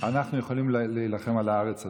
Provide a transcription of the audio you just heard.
אנחנו יכולים להילחם על הארץ הזאת.